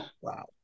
Wow